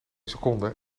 seconde